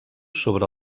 sobre